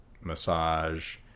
massage